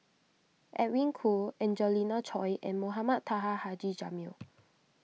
Edwin Koo Angelina Choy and Mohamed Taha Haji Jamil